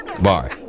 bye